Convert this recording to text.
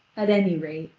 at any rate,